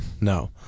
No